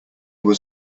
was